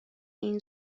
این